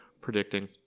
predicting